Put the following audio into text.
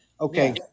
Okay